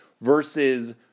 versus